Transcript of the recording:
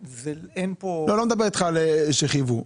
אין פה --- לא מדבר איתך על מקרה שחייבו.